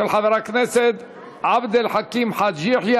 של חבר הכנסת עבד אל חכים חאג' יחיא